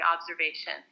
observation